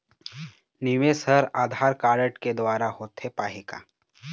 निवेश हर आधार कारड के द्वारा होथे पाही का?